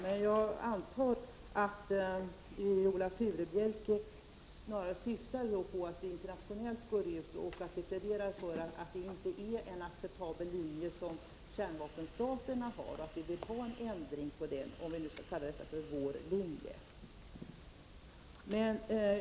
Men jag antar att Viola Furubjelke snarare syftar på att vi internationellt skall gå ut och plädera för att det inte är en acceptabel linje som kärnvapenstaterna har och att vi vill ha en ändring på den.